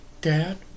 Dad